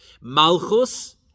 Malchus